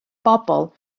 bobl